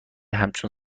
همچون